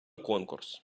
конкурс